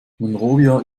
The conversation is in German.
monrovia